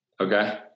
Okay